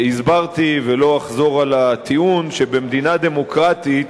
הסברתי ולא אחזור על הטיעון, שבמדינה דמוקרטית,